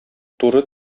туры